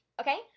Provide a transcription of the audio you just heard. Okay